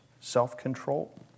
self-control